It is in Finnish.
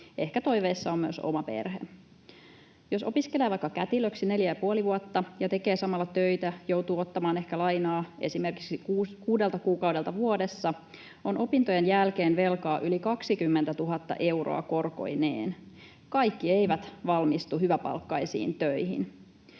Ehkä toiveissa on myös oma perhe. Jos opiskelee vaikka kätilöksi neljä ja puoli vuotta ja tekee samalla töitä, joutuu ehkä ottamaan lainaa esimerkiksi kuudelta kuukaudelta vuodessa. Opintojen jälkeen on velkaa yli 20 000 euroa korkoineen. Kaikki eivät valmistu hyväpalkkaisiin töihin.